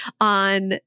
on